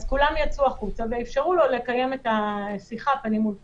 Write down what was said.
אז כולם יצאו החוצה ואפשרו לו לקיים את השיחה פנים מול פנים.